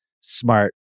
Smart